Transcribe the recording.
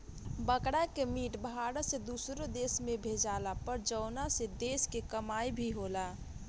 बकरा के मीट भारत से दुसरो देश में भेजाला पर जवना से देश के कमाई भी होला